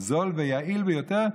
זול ויעיל ביותר,